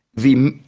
the.